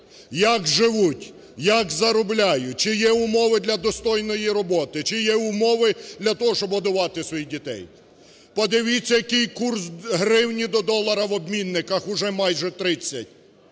Як живуть, як заробляють, чи є умови для достойної роботи, чи є умови для того, щоб годувати своїх дітей. Подивіться, який курс гривні до долара в обмінниках, уже майже 30.